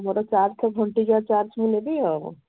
ମୋର ଚାର୍ଜ ଘଣ୍ଟିକିଆ ଚାର୍ଜ ମୁଁ ନେବି ଆଉ